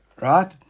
right